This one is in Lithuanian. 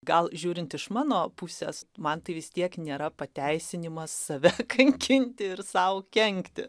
gal žiūrint iš mano pusės man tai vis tiek nėra pateisinimas save kankinti ir sau kenkti